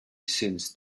since